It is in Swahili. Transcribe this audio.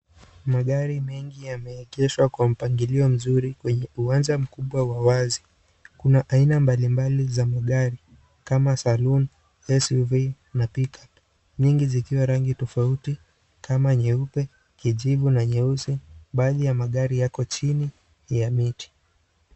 Magari mengi yameegeshwa kwa mpangilio mzuri kwenye, uwanja mkubwa wa wazi. Kuna ina mbalimbali za magari. Kuma Saloon, SUV na Pickup. Nyingi zikiwa rangi tofauti, kama nyeupe, kijivu na nyeusi. Baadhi ya magari yako chini ya miti.